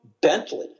Bentley